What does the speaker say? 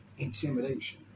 intimidation